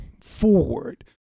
forward